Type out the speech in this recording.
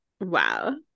Wow